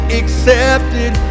accepted